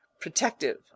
protective